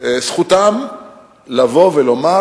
לבוא ולומר: